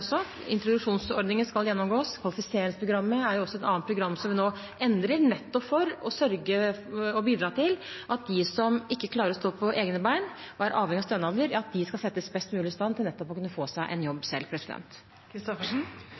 også. Introduksjonsordningen skal gjennomgås. Kvalifiseringsprogrammet er et annet program som vi nå endrer, nettopp for å bidra til at de som ikke klarer å stå på egne bein og er avhengig av stønader, skal settes best mulig i stand til nettopp å kunne få seg en jobb selv.